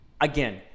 again—